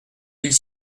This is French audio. mille